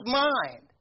mind